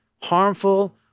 harmful